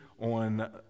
on